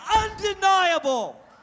undeniable